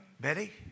Betty